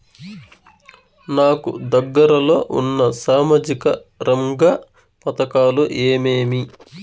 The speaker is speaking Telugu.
నాకు దగ్గర లో ఉన్న సామాజిక రంగ పథకాలు ఏమేమీ?